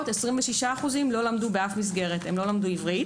26% לא למדו עברית באף מסגרת עברית.